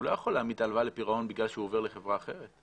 הוא לא יכול להעמיד את ההלוואה לפירעון בגלל שהוא עובר לחברה אחרת,